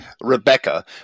Rebecca